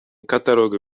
catalogue